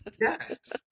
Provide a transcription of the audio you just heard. yes